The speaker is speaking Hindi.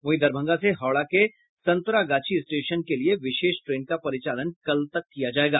वहीं दरभंगा से हावडा के संतरागाछी स्टेशन के लिए विशेष ट्रेन का परिचालन कल तक किया जाएगा